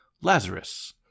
Lazarus